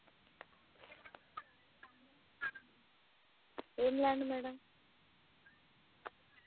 ఏం land madam